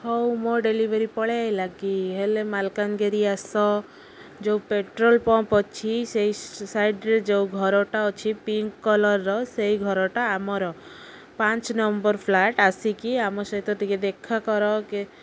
ହଉ ମୋ ଡେଲିଭରି ପଳେଇ ଆଇଲା କିି ହେଲେ ମାଲକାନ୍ଗିରି ଆସ ଯୋଉ ପେଟ୍ରୋଲ୍ ପମ୍ପ୍ ଅଛି ସେଇ ସାଇଡ଼୍ରେ ଯୋଉ ଘରଟା ଅଛି ପିଙ୍କ କଲର୍ର ସେଇ ଘରଟା ଆମର ପାଞ୍ଚ ନମ୍ବର୍ ଫ୍ଲାଟ୍ ଆସିକି ଆମ ସହିତ ଟିକେ ଦେଖା କର